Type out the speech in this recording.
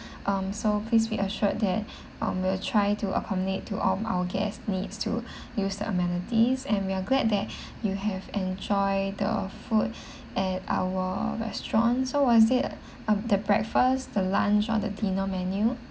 um so please be assured that um we are try to accommodate to all our guests needs to use the amenities and we are glad that you have enjoy the food at our restaurants so was it uh the breakfast the lunch or the dinner menu